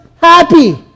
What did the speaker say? happy